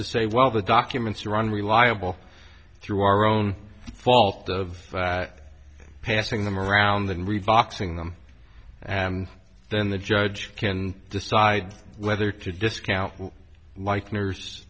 to say well the documents are unreliable through our own fault of passing them around and read boxing them and then the judge can decide whether to discount light